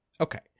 Okay